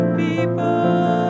people